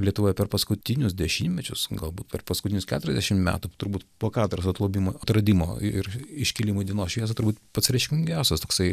lietuvoje per paskutinius dešimtmečius galbūt per paskutinius keturiasdešim metų turbūt po katedros atlobimo atradimo ir iškylimui į dienos šviesą turbūt pats reikšmingiausias toksai